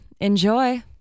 Enjoy